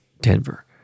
Denver